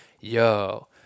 yo